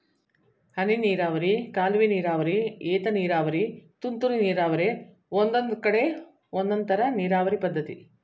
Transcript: ಹನಿನೀರಾವರಿ ಕಾಲುವೆನೀರಾವರಿ ಏತನೀರಾವರಿ ತುಂತುರು ನೀರಾವರಿ ಒಂದೊಂದ್ಕಡೆ ಒಂದೊಂದ್ತರ ನೀರಾವರಿ ಪದ್ಧತಿ